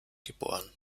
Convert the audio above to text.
geboren